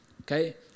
okay